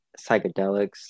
psychedelics